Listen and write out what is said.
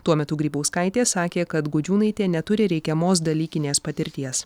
tuo metu grybauskaitė sakė kad gudžiūnaitė neturi reikiamos dalykinės patirties